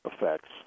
effects